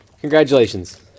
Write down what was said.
Congratulations